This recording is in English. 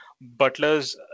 Butler's